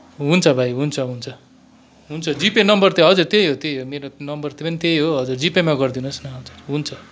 हुन्छ भाइ हुन्छ हुन्छ हुन्छ जिपे नम्बर त्यही त्यही हो त्यही हो मेरो नम्बर त पनि त्यही हो हजुर जीपेमा गरिदिनुहोस् हजुर हुन्छ हुन्छ